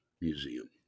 museum